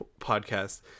podcast